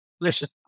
listen